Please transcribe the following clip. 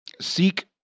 Seek